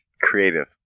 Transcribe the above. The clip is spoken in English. creative